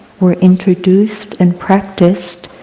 were introduced and practiced,